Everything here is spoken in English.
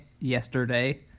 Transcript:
yesterday